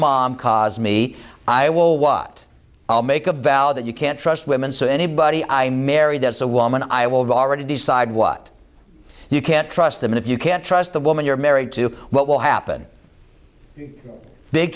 mom caused me i will watch i'll make a valid that you can't trust women so anybody i married as a woman i will be already decide what you can't trust them if you can't trust the woman you're married to what will happen big